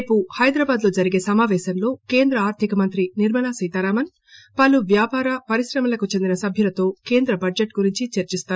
రేపు హైదరాబాద్ లో జరిగే సమాపేశంలో కేంద్ర ఆర్థికమంత్రి నిర్మలా సీతారామన్ పలు వ్యాపార పరిశ్రమలకు చెందిన సభ్యులతో కేంద్ర బడ్జెట్ గురించి చర్చిస్తారు